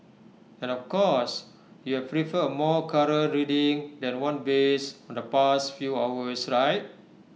and of course you'd prefer A more current reading than one based on the past few hours right